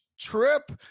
trip